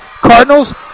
Cardinals